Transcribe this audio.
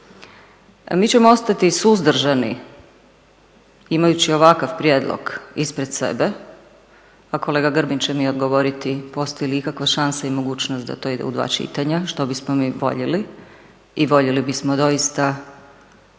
Mi ćemo ostati suzdržani imajući ovakav prijedlog ispred sebe, a kolega Grbin će mi odgovoriti postoji li ikakva šansa i mogućnost da to ide u dva čitanja, što bismo mi voljeli i voljeli bismo doista da